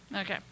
Okay